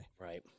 right